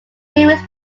series